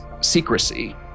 secrecy